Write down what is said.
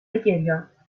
گریانممکنه